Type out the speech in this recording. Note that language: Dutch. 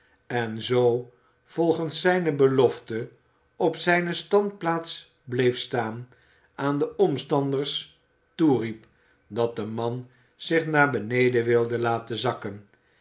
en zoo volgens zijne belofte op zijne standplaats bleef staan aan de omstanders toeriep dat de man zich naar beneden wilde laten zakken